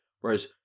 Whereas